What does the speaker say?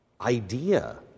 idea